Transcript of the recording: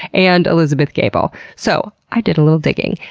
and elizabeth gabel. so i did a little digging,